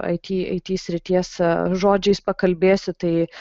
it it srities žodžiais pakalbėsiu tai